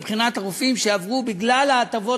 מבחינת הרופאים שעברו בגלל ההטבות,